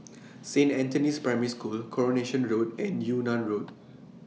Saint Anthony's Primary School Coronation Road and Yunnan Road